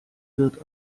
wirt